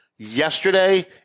Yesterday